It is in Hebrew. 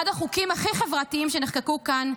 זה אחד החוקים הכי חברתיים שנחקקו כאן,